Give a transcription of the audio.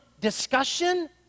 discussion